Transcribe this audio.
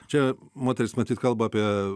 čia moteris matyt kalba apie